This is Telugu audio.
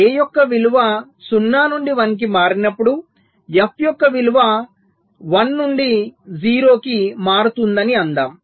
A యొక్క విలువ 0 నుండి 1 కి మారినప్పుడు f యొక్క విలువ 1 నుండి 0 కి మారుతుందని అందాం